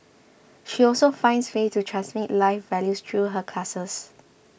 she also finds ways to transmit life values through her classes